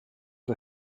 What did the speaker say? war